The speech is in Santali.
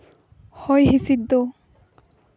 ᱦᱚᱭ ᱦᱚᱸᱥᱤᱫ ᱫᱚ